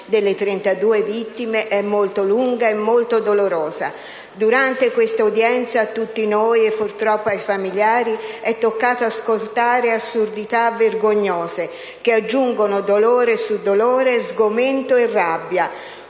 delle 32 vittime, è molto lunga e dolorosa. Durante questa udienza a tutti noi, e purtroppo ai familiari, è toccato ascoltare assurdità vergognose che aggiungono dolore su dolore, sgomento e rabbia.